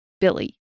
Billy